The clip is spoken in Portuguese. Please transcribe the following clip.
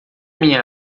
minha